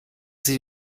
sie